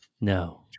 no